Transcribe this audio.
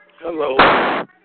Hello